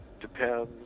depends